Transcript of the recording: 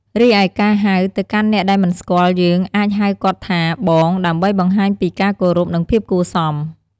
រីឯការហៅទៅកាន់អ្នកដែលមិនស្គាល់យើងអាចហៅគាត់ថាបង ដើម្បីបង្ហាញពីការគោរព និងភាពគួរសម។